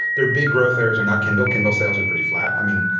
their big growth areas are not kindle. kindle sales are pretty flat. i mean,